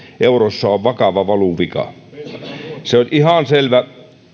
eurossa on vakava valuvika se oli ihan selvä